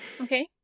Okay